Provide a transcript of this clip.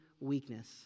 weakness